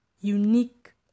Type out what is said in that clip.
unique